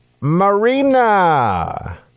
marina